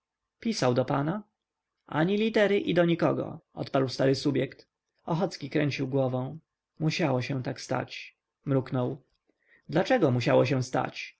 pisał do pana ani litery i do nikogo odparł stary subjekt ochocki kręcił głową musiało się tak stać mruknął dlaczego musiało się stać